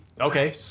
Okay